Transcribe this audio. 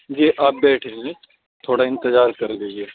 جی آپ بیٹھے رہیے تھوڑا انتظار کر لیجیے